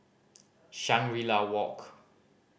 Shangri La Walk